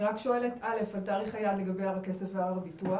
אני שואלת: א' לגבי תאריך היעד לגבי הר הכסף והר הביטוח?